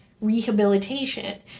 rehabilitation